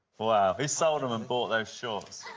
wow. he sold them and bought those shorts.